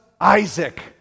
Isaac